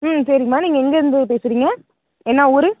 ம் சரிங்கம்மா நீங்கள் எங்கிருந்து பேசுகிறீங்க என்ன ஊர்